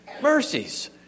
mercies